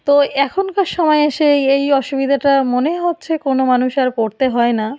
তো এখনকার সময়ে এসে এই এই অসুবিধাটা মনে হচ্ছে কোনো মানুষ আর পড়তে হয় না